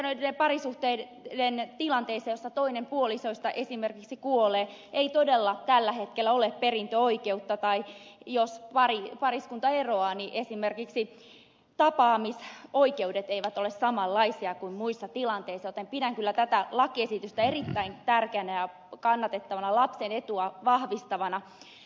rekisteröityjen parisuhteiden tilanteessa jossa toinen puolisoista esimerkiksi kuolee ei todella tällä hetkellä ole perintöoikeutta tai jos pariskunta eroaa niin esimerkiksi tapaamisoikeudet eivät ole samanlaisia kuin muissa tilanteissa joten pidän kyllä tätä lakiesitystä erittäin tärkeänä ja kannatettavana lapsen etua vahvistavana